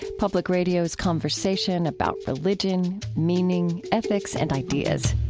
public radio's conversation about religion, meaning, ethics, and ideas.